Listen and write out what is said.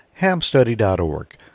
hamstudy.org